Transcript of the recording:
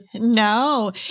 No